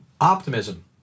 optimism